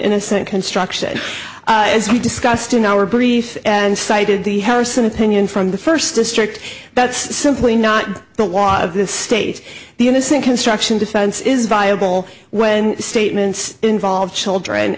innocent construction as we discussed in our brief and cited the harrison opinion from the first district that's simply not the water of the state the innocent construction defense is viable when statements involve children